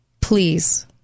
Please